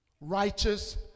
Righteous